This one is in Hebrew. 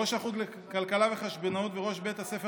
ראש החוג לכלכלה וחשבונאות וראש בית הספר